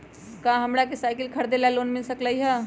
का हमरा के साईकिल खरीदे ला लोन मिल सकलई ह?